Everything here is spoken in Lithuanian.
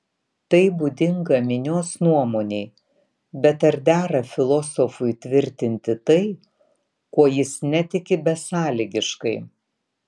tai būdinga minios nuomonei bet ar dera filosofui tvirtinti tai kuo jis netiki besąlygiškai